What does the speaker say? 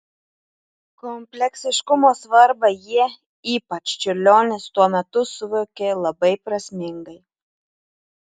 kompleksiškumo svarbą jie ypač čiurlionis tuo metu suvokė labai prasmingai